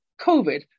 COVID